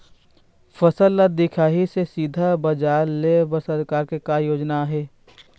फसल ला दिखाही से सीधा बजार लेय बर सरकार के का योजना आहे?